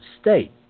state